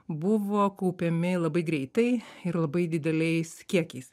buvo kaupiami labai greitai ir labai dideliais kiekiais